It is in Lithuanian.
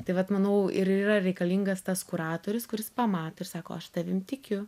tai vat manau ir yra reikalingas tas kuratorius kuris pamato ir sako aš tavim tikiu